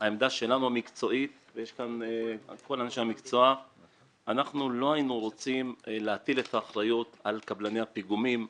עמדתנו המקצועית היא שלא להפיל את האחריות על קבלני הפיגומים.